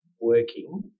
working